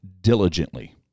diligently